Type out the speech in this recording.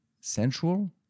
sensual